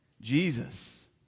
Jesus